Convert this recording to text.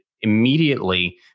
immediately